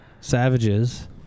Savages